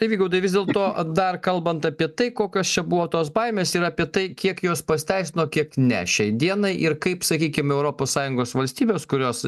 tai vygaudai vis dėlto dar kalbant apie tai kokios čia buvo tos baimės ir apie tai kiek jos pasiteisino kiek ne šiai dienai ir kaip sakykim europos sąjungos valstybės kurios